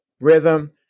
rhythm